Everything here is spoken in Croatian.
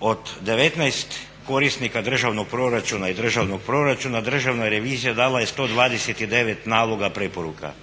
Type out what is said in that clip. od 19 korisnika državnog proračuna i državnog proračuna Državna revizija dala je 129 naloga preporuka,